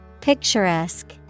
Picturesque